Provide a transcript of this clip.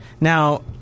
Now